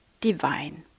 divine